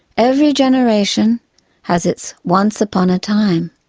every generation has its once upon a time.